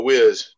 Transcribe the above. Wiz